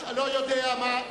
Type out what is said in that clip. לא יודע מה.